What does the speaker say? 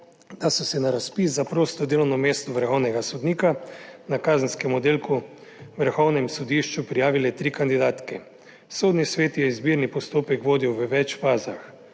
da so se na razpis za prosto delovno mesto vrhovnega sodnika na kazenskem oddelku Vrhovnega sodišča prijavile tri kandidatke. Sodni svet je izbirni postopek vodil v več fazah.